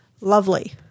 Lovely